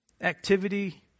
activity